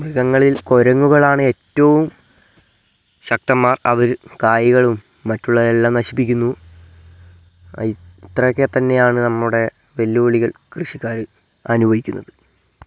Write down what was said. മൃഗങ്ങളിൽ കുരങ്ങുകളാണ് ഏറ്റവും ശക്തന്മാർ അവര് കായ്കളും മറ്റുള്ളവയെല്ലാം നശിപ്പിക്കുന്നു ഇത്രയൊക്കെ തന്നെയാണ് നമ്മുടെ വെല്ലുവിളികൾ കൃഷിക്കാര് അനുഭവിക്കുന്നത്